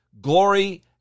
glory